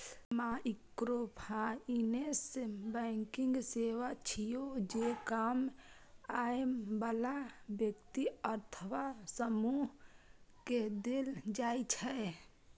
microfinance banking सेवा छियै, जे कम आय बला व्यक्ति अथवा समूह कें देल जाइ छै